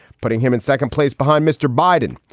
putting him in second place behind mr. biden.